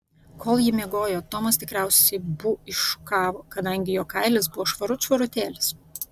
kol ji miegojo tomas tikriausiai bū iššukavo kadangi jo kailis buvo švarut švarutėlis